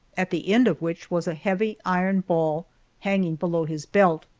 at the end of which was a heavy iron ball hanging below his belt.